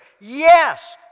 Yes